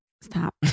Stop